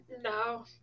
No